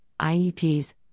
IEPs